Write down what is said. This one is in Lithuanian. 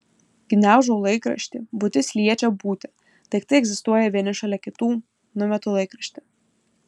gniaužau laikraštį būtis liečia būtį daiktai egzistuoja vieni šalia kitų numetu laikraštį